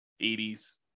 80s